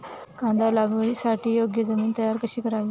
कांदा लागवडीसाठी योग्य जमीन तयार कशी करावी?